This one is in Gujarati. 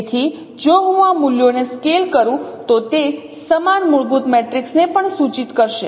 તેથી જો હું આ મૂલ્યોને સ્કેલ કરું તો તે સમાન મૂળભૂત મેટ્રિક્સને પણ સૂચિત કરશે